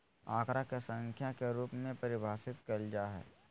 आंकड़ा के संख्या के रूप में परिभाषित कइल जा हइ